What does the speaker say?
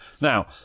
Now